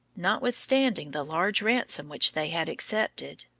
notwithstanding the large ransom which they had accepted.